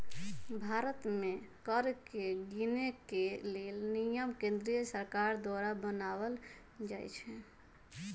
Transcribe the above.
भारत में कर के गिनेके लेल नियम केंद्रीय सरकार द्वारा बनाएल जाइ छइ